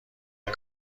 مثل